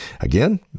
Again